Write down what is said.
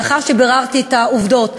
לאחר שביררתי את העובדות,